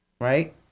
right